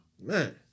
Man